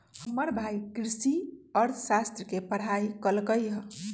हमर भाई कृषि अर्थशास्त्र के पढ़ाई कल्कइ ह